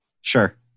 Sure